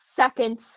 seconds